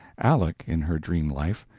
aleck, in her dream life,